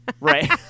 Right